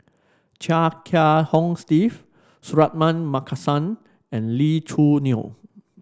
Chia Kiah Hong Steve Suratman Markasan and Lee Choo Neo